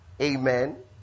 Amen